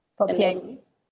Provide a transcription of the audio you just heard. for P_I_B